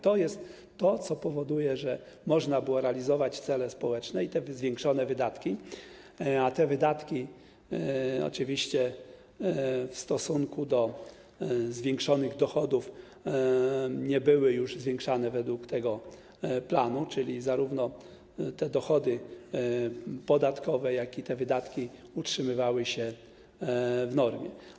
To jest to, co powoduje, że można było realizować cele społeczne i te zwiększone wydatki, a te wydatki oczywiście w stosunku do zwiększonych dochodów nie były już zwiększane według tego planu, czyli zarówno te dochody podatkowe, jak te wydatki utrzymywały się w normie.